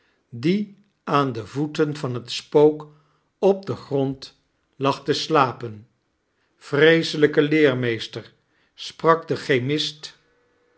die aan de voeten van het spook op den grond lag te slapen vreeselijke leermeester sprak de chemist